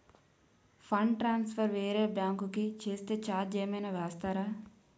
Fund transfer వేరే bank కి చేస్తే ఛార్జ్ ఏమైనా వేస్తారా?